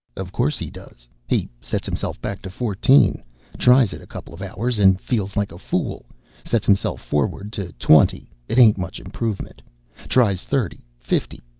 of course he does. he sets himself back to fourteen tries it a couple of hours, and feels like a fool sets himself forward to twenty it ain't much improvement tries thirty, fifty,